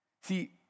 See